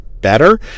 better